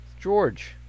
George